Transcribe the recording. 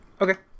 Okay